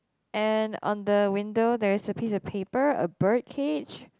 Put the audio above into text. and on the window there is a piece of paper a bird cage